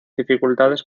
dificultades